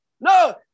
No